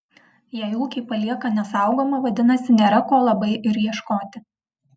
jei ūkį palieka nesaugomą vadinasi nėra ko labai ir ieškoti